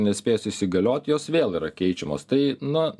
nespėjus įsigaliot jos vėl yra keičiamos tai na